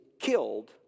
killed